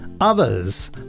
others